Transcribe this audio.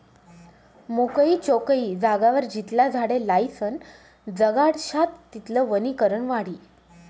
मोकयी चोकयी जागावर जितला झाडे लायीसन जगाडश्यात तितलं वनीकरण वाढी